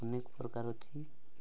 ଅନେକ ପ୍ରକାର ଅଛି